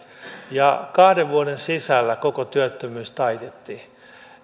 ja kahden vuoden sisällä koko työttömyys taitettiin